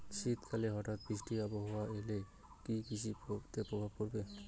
শীত কালে হঠাৎ বৃষ্টি আবহাওয়া এলে কি কৃষি তে প্রভাব পড়বে?